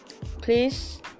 please